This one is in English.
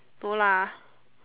no lah